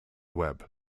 web